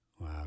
Wow